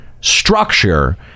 structure